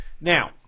Now